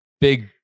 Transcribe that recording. big